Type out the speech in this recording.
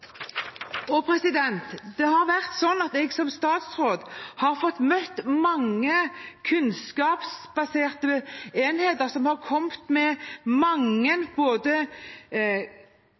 har som statsråd fått møte mange kunnskapsbaserte enheter som har kommet med mange begrunnede tiltak som landbruket har tatt i bruk, både